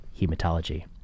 hematology